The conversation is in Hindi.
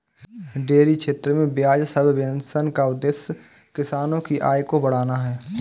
डेयरी क्षेत्र में ब्याज सब्वेंशन का उद्देश्य किसानों की आय को बढ़ाना है